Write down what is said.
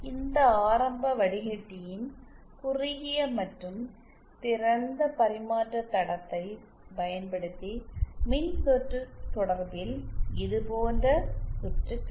இந்த ஆரம்ப வடிகட்டியின் குறுகிய மற்றும் திறந்த பரிமாற்ற தடத்தை பயன்படுத்தி மின்சுற்று தொடர்பில் இது போன்ற சுற்று கிடைக்கும்